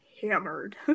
hammered